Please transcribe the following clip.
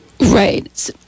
Right